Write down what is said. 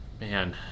man